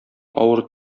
авыр